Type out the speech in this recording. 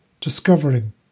Discovering